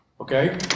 Okay